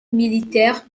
militaire